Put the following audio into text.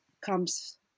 comes